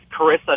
Carissa